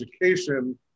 education